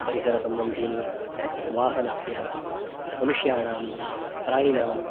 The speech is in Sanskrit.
परिसरसम्बन्धीनि वाहनस्य मनुष्याणां प्राणिनां